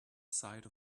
side